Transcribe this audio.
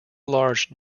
large